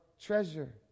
treasure